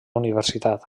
universitat